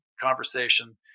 conversation